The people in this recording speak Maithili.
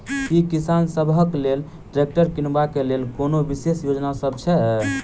की किसान सबहक लेल ट्रैक्टर किनबाक लेल कोनो विशेष योजना सब छै?